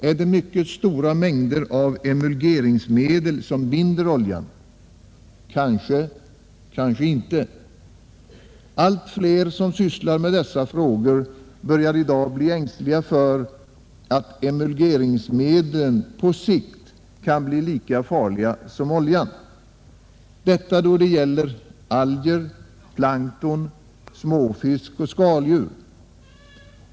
Är det mycket stora mängder av emulgeringsmedel som binder oljan? Kanske, kanske inte. Allt fler som sysslar med dessa frågor börjar i dag bli ängsliga för att emulgeringsmedlen på sikt kan bli lika farliga som oljan. Detta då det gäller alger, plankton, småfisk och skaldjur.